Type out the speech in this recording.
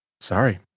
Sorry